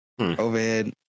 Overhead